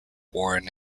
warren